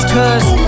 Cause